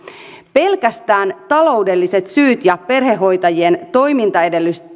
pelkästään taloudelliset syyt ja perhehoitajien toimintaedellytysten